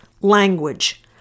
language